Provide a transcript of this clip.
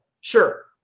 sure